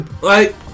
Right